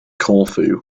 corfu